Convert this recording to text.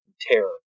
terror